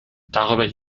darüber